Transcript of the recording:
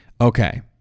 Okay